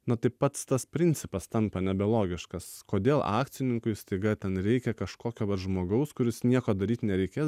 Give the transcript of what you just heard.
na tai pats tas principas tampa nebelogiškas kodėl akcininkui staiga ten reikia kažkokio vat žmogaus kuris nieko daryt nereikės